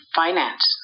finance